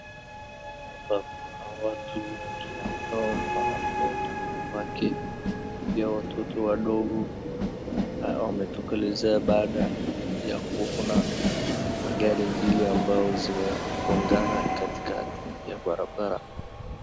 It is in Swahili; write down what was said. Hapa kuna watu wengi ambao ni wanaume na wanawake, pia watoto wadogo wametokelezea baada ya kuona magari mbili ambazo zimegongana katikati ya barabara.